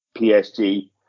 PSG